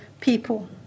people